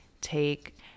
take